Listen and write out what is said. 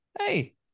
hey